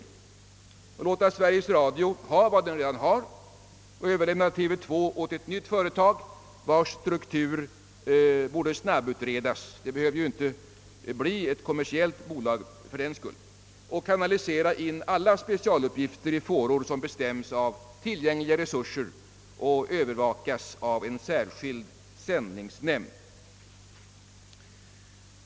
Man borde låta Sveriges Radio behålla vad det har och överlämna TV 2 åt ett särskilt företag, vars struktur man borde snabbutreda — det behöver ju inte bli ett kommersiellt bolag. Alla specialuppgifter borde kanaliseras på det sätt som tillgängliga resurser tilllåter och övervakas av en särskild sändningsnämnd.